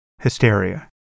hysteria